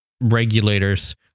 regulators